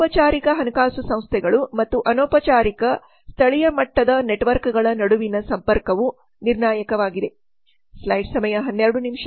ಔಪಚಾರಿಕ ಹಣಕಾಸು ಸಂಸ್ಥೆಗಳು ಮತ್ತು ಅನೌಪಚಾರಿಕ ಸ್ಥಳೀಯ ಮಟ್ಟದ ನೆಟ್ವರ್ಕ್ಗಳ ನಡುವಿನ ಸಂಪರ್ಕವು ನಿರ್ಣಾಯಕವಾಗಿದೆ